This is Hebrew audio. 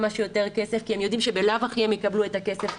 שיותר כסף כי הם יודעים שבלאו הכי הם יקבלו את הכסף,